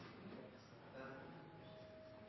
president.